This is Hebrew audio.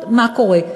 לראות באמת מה קורה.